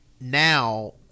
now